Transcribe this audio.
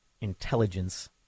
intelligence